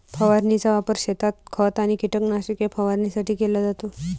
फवारणीचा वापर शेतात खत आणि कीटकनाशके फवारणीसाठी केला जातो